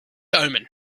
omen